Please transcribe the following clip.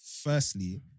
firstly